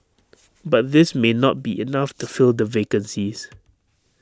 but this may not be enough to fill the vacancies